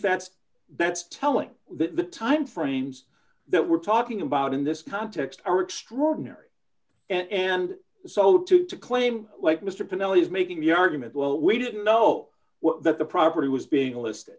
that's that's telling the timeframes that we're talking about in this context are extraordinary and so to to claim like mr pradelle is making the argument well we didn't know what the property was being listed